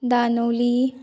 दानोली